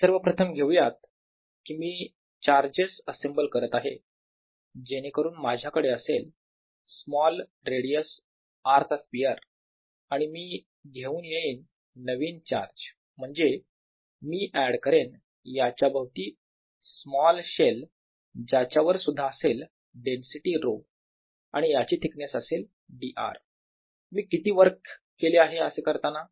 सर्वप्रथम घेऊयात कि मी चार्जेस असेंबल करत आहे जेणेकरून माझ्याकडे असेल स्मॉल रेडियस r चा स्पियर आणि मी घेऊन येईन नवीन चार्ज म्हणजे मी ऍड करेन याच्या भोवती स्मॉल शेल ज्याच्या वर सुद्धा असेल डेन्सिटी ρ आणि याची थिकनेस असेल d r मी किती वर्क केले आहे असे करताना